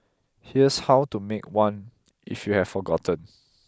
here's how to make one if you have forgotten